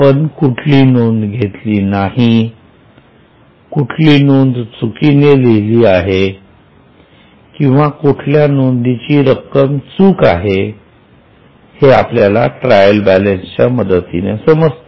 आपण कुठली नोंद घेतली नाही कुठली नोंद चुकीने लिहिली आहे किंवा कुठल्या नोंदीची रक्कम चूक आहे हे आपल्याला ट्रायल बॅलेन्सच्या मदतीने समजते